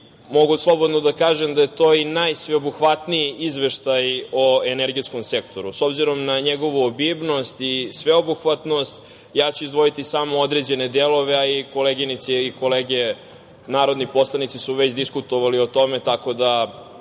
mogu slobodno da kažem da je to i najsveobuhvatniji izveštaj o energetskom sektoru. S obzirom na njegovu obimnost i sveobuhvatnost, ja ću izdvojiti samo određene delove, a i koleginice i kolege narodni poslanici su već diskutovali o tome, tako da